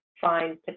find